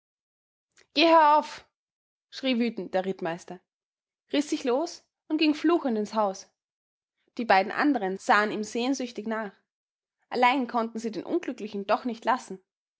wütend der rittmeister riß sich los und ging fluchend ins haus die beiden anderen sahen ihm sehnsüchtig nach allein konnten sie den unglücklichen doch nicht lassen